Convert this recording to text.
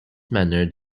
manner